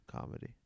comedy